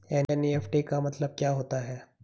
NEFT का मतलब क्या होता है?